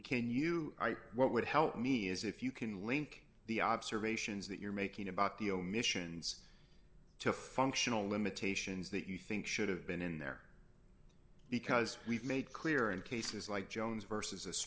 and can you what would help me is if you can link the observations that you're making about the omissions to functional limitations that you think should have been in there because we've made clear in cases like jones v